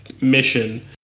mission